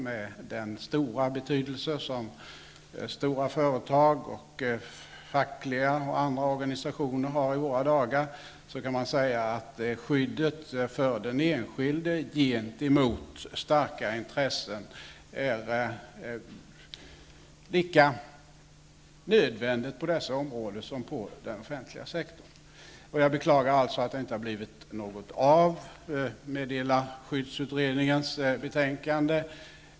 Men den stora betydelsen som stora företag och fackliga och andra organisationer har i våra dagar, kan man säga att skyddet för den enskilde gentemot starka intressen är lika nödvändigt på dessa områden som inom den offentliga sektorn. Jag beklagar att det inte har blivit något av betänkandet från meddelarskyddsutredningen ännnu.